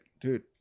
dude